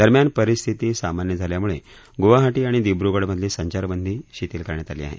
दरम्यान परिस्थती सामान्य झाल्याम्ळे गुवाहाटी आणि दिब्र्गड मधली संचारबंदी शिथिल करण्यात आली आहे